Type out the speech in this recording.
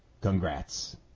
congrats